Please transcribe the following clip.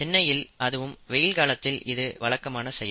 சென்னையில் அதுவும் வெயில் காலத்தில் இது வழக்கமான செயல்